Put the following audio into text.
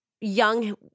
Young